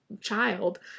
child